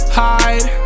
hide